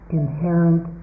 inherent